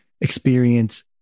experience